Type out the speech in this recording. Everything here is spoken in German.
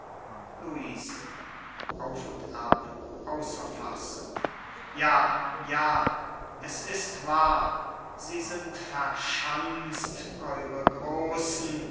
fassung ja ja es ist wahr sie sind verschanzt eure großen verschanzt